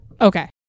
Okay